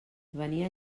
venia